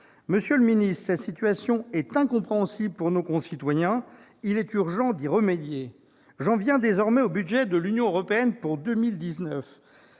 Madame la ministre, cette situation est incompréhensible pour nos concitoyens. Il est urgent d'y remédier ! J'en viens au budget de l'Union européenne pour 2019.